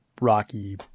rocky